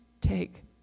take